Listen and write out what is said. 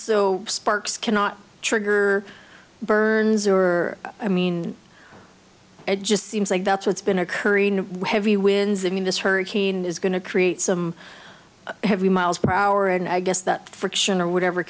so sparks cannot trigger burns or i mean it just seems like that's what's been occurring in heavy winds i mean this hurricane is going to create some heavy mph and i guess that friction or whatever